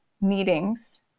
meetings